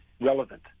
relevant